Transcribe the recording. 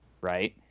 right